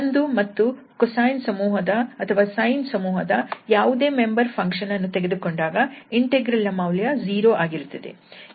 1 ಮತ್ತು cosine ಸಮೂಹದ ಅಥವಾ sine ಸಮೂಹದ ಯಾವುದೇ ಮೆಂಬರ್ ಫಂಕ್ಷನ್ ಅನ್ನು ತೆಗೆದುಕೊಂಡಾಗ ಇಂಟೆಗ್ರಲ್ ನ ಮೌಲ್ಯ 0 ಆಗಿರುತ್ತದೆ